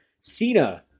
Cena